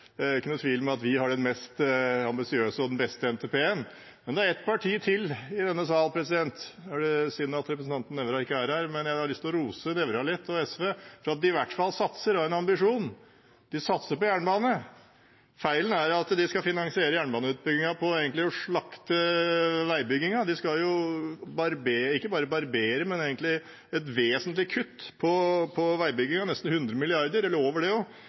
er ikke noen tvil om at vi har den mest ambisiøse og beste NTP-en – og nå er det synd at representanten Nævra ikke er her, for jeg har lyst til å rose Nævra og SV litt for at de i hvert fall satser og har en ambisjon. De satser på jernbane. Feilen er at de skal finansiere jernbaneutbyggingen ved egentlig å slakte veibyggingen. De skal ikke bare barbere, men kutte vesentlig i veibyggingen – nesten 100 mrd. kr eller over det